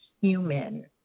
human